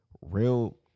real